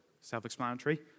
self-explanatory